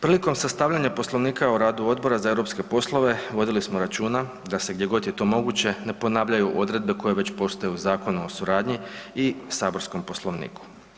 Prilikom sastavljanja Poslovnika o radu Odbora za europske poslove, vodili smo računa da se gdje god je to moguće ne ponavljaju odredbe koje već postoje u Zakonu o suradnji i saborskom Poslovniku.